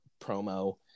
promo